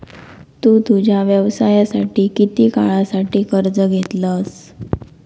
तु तुझ्या व्यवसायासाठी किती काळासाठी कर्ज घेतलंस?